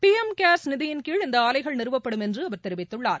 PM cares நிதியின்கீழ் இந்தஆலைகள் நிறுவப்படும் என்றுஅவர் தெரிவித்துள்ளார்